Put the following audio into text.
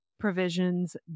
provisions